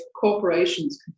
corporations